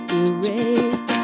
erase